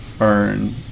earn